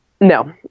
No